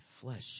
flesh